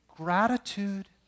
gratitude